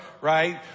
Right